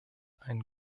einen